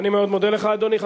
אני מאוד מודה לך, אדוני.